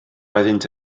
oeddynt